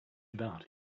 about